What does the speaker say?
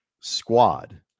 squad